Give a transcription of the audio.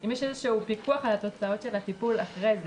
האם יש פיקוח על תוצאות הטיפול לאחר מכן.